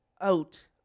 out